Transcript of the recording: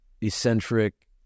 eccentric